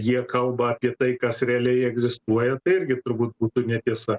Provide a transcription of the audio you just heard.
jie kalba apie tai kas realiai egzistuoja tai irgi turbūt būtų netiesa